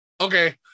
okay